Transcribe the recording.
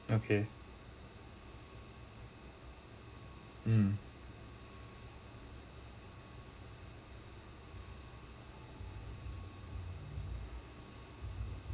okay mm